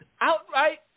outright